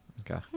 Okay